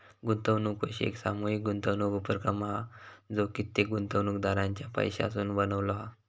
गुंतवणूक कोष एक सामूहीक गुंतवणूक उपक्रम हा जो कित्येक गुंतवणूकदारांच्या पैशासून बनलो हा